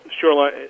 Shoreline